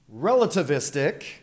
relativistic